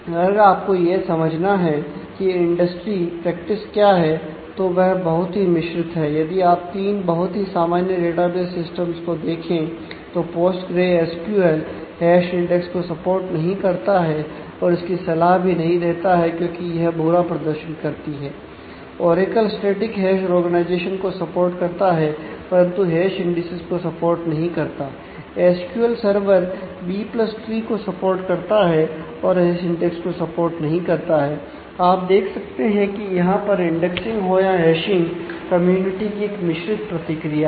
अगर आपको यह समझना है कि इंडस्ट्री प्रैक्टिस की एक मिश्रित प्रतिक्रिया है